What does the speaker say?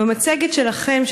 במצגת שלכם,